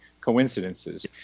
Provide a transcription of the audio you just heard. coincidences